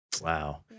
Wow